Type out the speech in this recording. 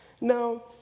Now